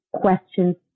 questions